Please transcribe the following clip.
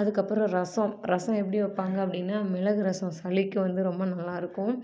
அதுக்கப்புறம் ரசம் ரசம் எப்படி வைப்பாங்க அப்படின்னா மிளகு ரசம் சளிக்கு வந்து ரொம்ப நல்லாயிருக்கும்